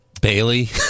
Bailey